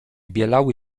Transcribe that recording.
bielały